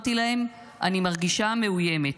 אמרתי להם: אני מרגישה מאוימת.